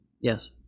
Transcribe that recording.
Yes